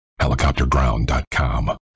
helicopterground.com